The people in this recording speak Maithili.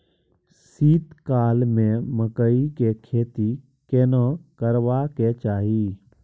शीत काल में मकई के खेती केना करबा के चाही?